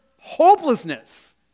hopelessness